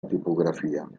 tipografia